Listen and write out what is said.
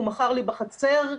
'הוא מכר לי בחצר,